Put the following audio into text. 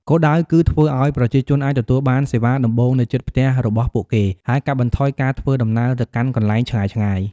គោលដៅគឺធ្វើឱ្យប្រជាជនអាចទទួលបានសេវាដំបូងនៅជិតផ្ទះរបស់ពួកគេ ហើយកាត់បន្ថយការធ្វើដំណើរទៅកាន់កន្លែងឆ្ងាយៗ។